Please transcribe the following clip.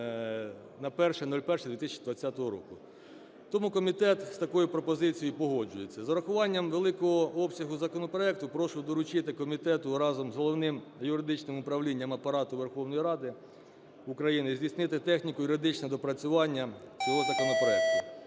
на 01.01.2020 року. Тому комітет з такою пропозицією погоджується. З урахуванням великого обсягу законопроекту, прошу доручити комітету разом з Головним юридичним управлінням Апарату Верховної Ради України здійснити техніко-юридичне доопрацювання цього законопроекту.